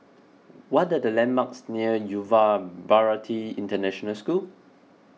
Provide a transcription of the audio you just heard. what are the landmarks near Yuva Bharati International School